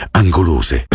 angolose